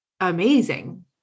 amazing